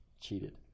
cheated